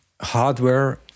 hardware